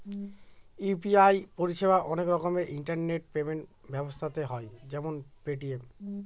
UPI পরিষেবা অনেক রকমের ইন্টারনেট পেমেন্ট ব্যবস্থাতে হয় যেমন পেটিএম